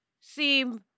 seem